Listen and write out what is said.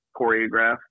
choreographed